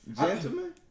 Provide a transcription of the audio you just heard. Gentlemen